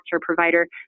provider